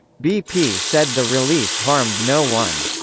bp said the release harmed no one.